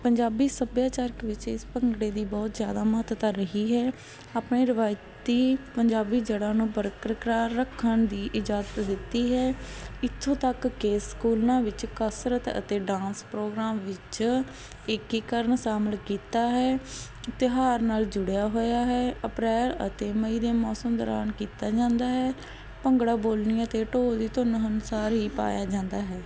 ਪੰਜਾਬੀ ਸੱਭਿਆਚਾਰਕ ਵਿੱਚ ਇਸ ਭੰਗੜੇ ਦੀ ਬਹੁਤ ਜ਼ਿਆਦਾ ਮਹੱਤਤਾ ਰਹੀ ਹੈ ਆਪਣੀ ਰਵਾਇਤੀ ਪੰਜਾਬੀ ਜੜ੍ਹਾਂ ਨੂੰ ਬਰਕਰਾਰ ਰੱਖਣ ਦੀ ਇਜਾਜ਼ਤ ਦਿੱਤੀ ਹੈ ਇੱਥੋਂ ਤੱਕ ਕਿ ਸਕੂਲਾਂ ਵਿੱਚ ਕਸਰਤ ਅਤੇ ਡਾਂਸ ਪ੍ਰੋਗਰਾਮ ਵਿੱਚ ਏਕੀਕਰਨ ਸ਼ਾਮਿਲ ਕੀਤਾ ਹੈ ਤਿਉਹਾਰ ਨਾਲ ਜੁੜਿਆ ਹੋਇਆ ਹੈ ਅਪ੍ਰੈਲ ਅਤੇ ਮਈ ਦੇ ਮੌਸਮ ਦੌਰਾਨ ਕੀਤਾ ਜਾਂਦਾ ਹੈ ਭੰਗੜਾ ਬੋਲੀਆਂ ਅਤੇ ਢੋਲ ਦੀ ਧੁੰਨ ਅਨੁਸਾਰ ਹੀ ਪਾਇਆ ਜਾਂਦਾ ਹੈ